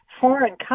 foreign